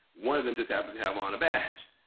one of them just happens to have on a badge.